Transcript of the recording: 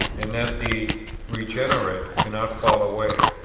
and that the regenerate cannot fall away.